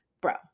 Bro